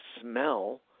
smell